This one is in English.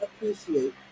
appreciate